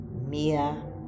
Mia